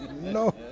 no